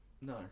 No